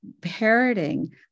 parroting